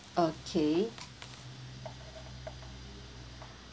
okay